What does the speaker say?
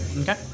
Okay